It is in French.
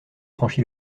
franchi